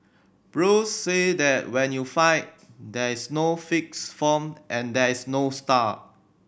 Bruce said that when you fight there is no fixed form and there is no style